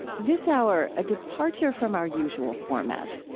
this hour, a departure from our usual format.